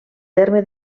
terme